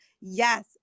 Yes